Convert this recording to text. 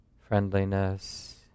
friendliness